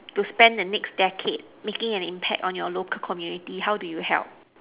to spend the next decade making an impact on your local community how do you help